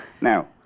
Now